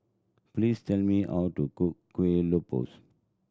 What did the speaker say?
please tell me how to cook Kuih Lopes